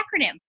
acronym